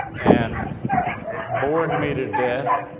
and bored me to death,